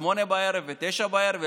20:00 ו-21:00,